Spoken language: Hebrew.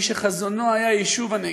מי שחזונו היה יישוב הנגב.